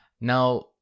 Now